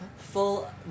full